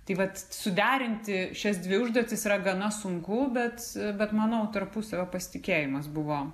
tai vat suderinti šias dvi užduotis yra gana sunku bet bet manau tarpusavio pasitikėjimas buvo